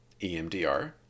EMDR